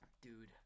Dude